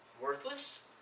worthless